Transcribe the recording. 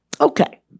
Okay